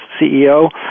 CEO